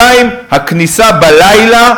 2. הכניסה בלילה,